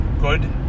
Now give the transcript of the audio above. good